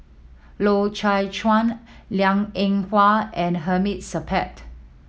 Loy Chye Chuan Liang Eng Hwa and Hamid Supaat